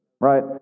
right